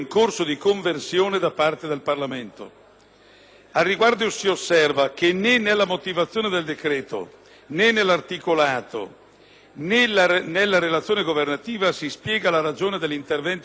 Al riguardo si osserva che né nella motivazione del decreto-legge, né nell'articolato, né nella relazione governativa si spiega la ragione dell'intervento normativo di cui al terzo periodo